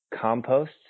compost